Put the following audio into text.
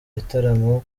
bitaramo